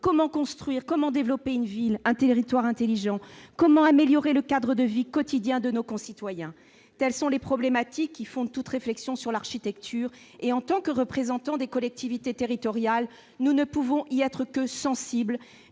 Comment construire ? Comment développer une ville et un territoire intelligents ? Comment améliorer le cadre de vie quotidien de nos concitoyens ? Telles sont les problématiques qui fondent toute réflexion sur l'architecture. En tant que représentants des collectivités territoriales, nous ne pouvons y être que sensibles.